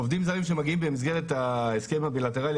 עובדים זרים שמגיעים במסגרת ההסכם הבילטרלי,